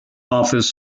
office